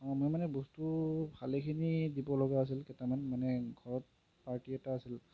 মই মানে বস্তু ভালেখিনি দিব লগা আছিলে কেইটামান মানে ঘৰত পাৰ্টী এটা আছিলে